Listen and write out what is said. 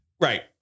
right